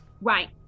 Right